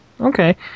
Okay